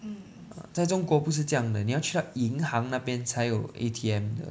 在中国不是这样的你要去到银行那边才有 A_T_M 的